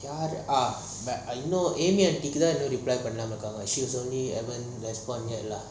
ah யாரு இன்னும்:yaaru inum amy aunty கு தான் இன்னும்:ku thaan inum reply பண்ணாம இருகாங்க:pannama irukanga she was only she didnt respond lah